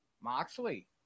Moxley